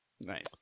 Nice